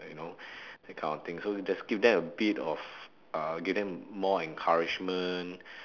like you know that kind of thing so just give them a bit of uh give them more encouragement